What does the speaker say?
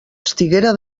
estiguera